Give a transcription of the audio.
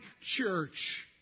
church